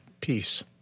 peace